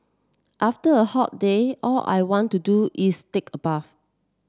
after a hot day all I want to do is take a bath